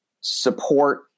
support